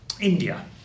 India